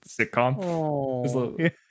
sitcom